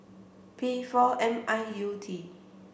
P four M I U T